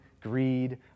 greed